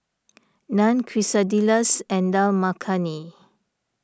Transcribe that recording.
Naan Quesadillas and Dal Makhani